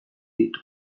ditu